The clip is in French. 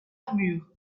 armure